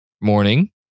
morning